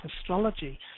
astrology